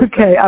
okay